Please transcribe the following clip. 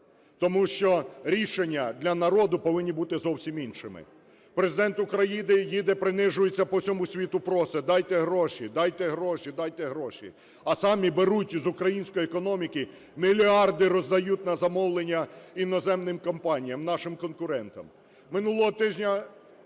тому що рішення для народу повинні бути зовсім іншими. Президент України їде, принижується, по всьому світу просить: дайте гроші, дайте гроші, дайте гроші. А самі беруть з української економіки, мільярди роздають на замовлення іноземним компаніям, нашим конкурентам.